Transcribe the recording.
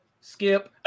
skip